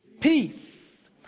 peace